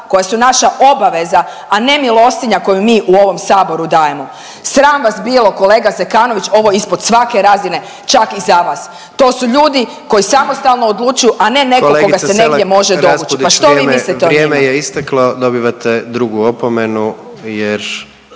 koji su naša obaveza, a ne milostinja koju mi u ovom saboru dajemo. Sram vas bilo kolega Zekanović ovo je ispod svake razine čak i za vas. To su ljudi koji samostalno odlučuju, a ne neko koga se negdje može dovući, pa što vi mislite o njima.